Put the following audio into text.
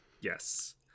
yes